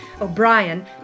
O'Brien